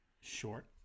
short